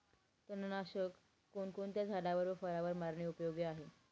तणनाशक कोणकोणत्या झाडावर व फळावर मारणे उपयोगी आहे?